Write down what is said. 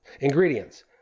Ingredients